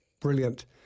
brilliant